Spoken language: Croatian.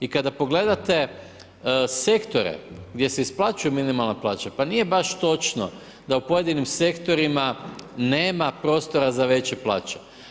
I kada pogledate sektore gdje se isplaćuje minimalna plaća, pa nije baš točno da u pojedinim sektorima nema prostora za veće plaće.